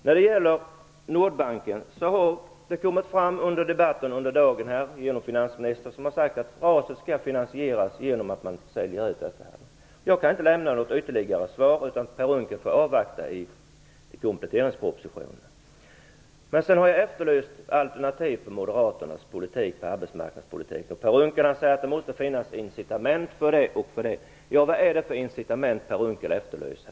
När det gäller Nordbanken har finansministern under dagens debatt sagt att RAS skall finansieras genom försäljning. I det avseendet kan jag inte ge något ytterligare svar, utan Per Unckel får avvakta kompletteringspropositionen. Jag har efterlyst Moderaternas alternativ till regeringens arbetsmarknadspolitik. Per Unckel säger att det måste finnas incitament. Vad är det för incitament Per Unckel efterlyser?